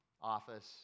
Office